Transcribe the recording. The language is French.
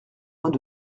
moins